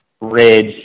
ridge